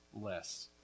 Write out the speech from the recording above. less